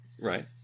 Right